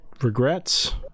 regrets